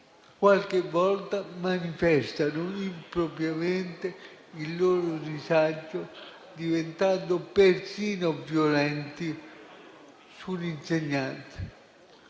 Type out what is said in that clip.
qualche volta manifestano impropriamente il loro disagio, diventando persino violenti sugli insegnanti.